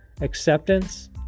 acceptance